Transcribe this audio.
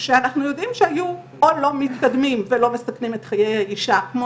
והכחול מייצג נשים ערביות ואנחנו יכולים לראות שכמעט בכל